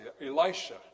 Elisha